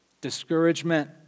discouragement